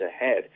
ahead